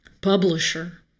publisher